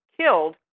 killed